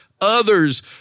others